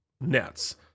nets